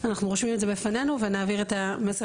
אנחנו רושמים את זה בפנינו ונעביר את המסר